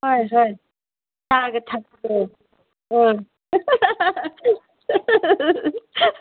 ꯍꯣꯏ ꯍꯣꯏ ꯆꯥꯒ ꯊꯛꯁꯦ ꯍꯣꯏ